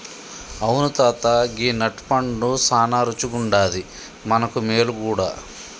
అవును తాత గీ నట్ పండు సానా రుచిగుండాది మనకు మేలు గూడా